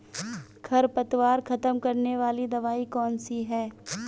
खरपतवार खत्म करने वाली दवाई कौन सी है?